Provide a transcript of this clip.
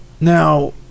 now